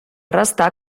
restar